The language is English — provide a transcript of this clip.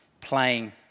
playing